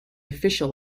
official